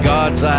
God's